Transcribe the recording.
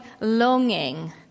longing